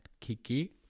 Kiki